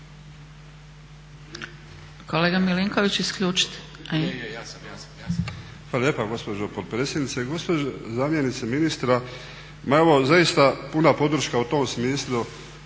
Kolega MIlinković isključite